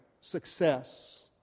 success